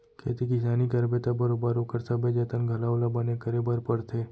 खेती किसानी करबे त बरोबर ओकर सबे जतन घलौ ल बने करे बर परथे